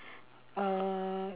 uh